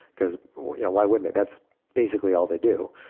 because you know why wouldn't they? that's basically all they do.